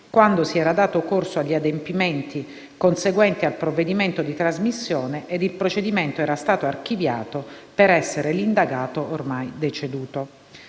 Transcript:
quando si era dato corso agli adempimenti conseguenti al provvedimento di trasmissione ed il procedimento era stato archiviato per essere l'indagato ormai deceduto.